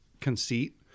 conceit